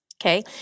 Okay